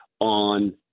on